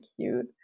cute